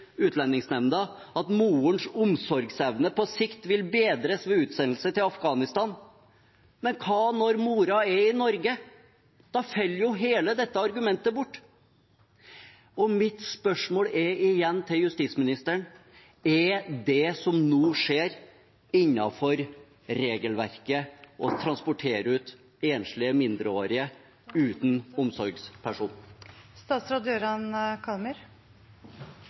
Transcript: Utlendingsnemnda at morens omsorgsevne på sikt vil bedres ved utsendelse til Afghanistan. Men hva når moren er i Norge? Da faller jo hele dette argumentet bort. Mitt spørsmål til justisministeren er igjen: Er det som nå skjer, innenfor regelverket – å transportere ut enslige mindreårige uten